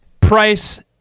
Price